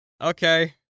Okay